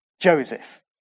Joseph